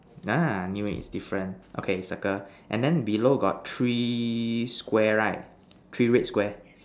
ah knew it different okay circle and then below got three Square right three red Square